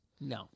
No